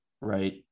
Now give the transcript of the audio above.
right